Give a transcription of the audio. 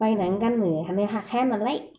बायनानै गाननोआनो हाखाया नालाय